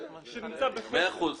שנמצא בחסר.